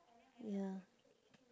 ya